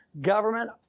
Government